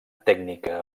tècnica